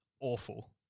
awful